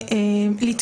אמור,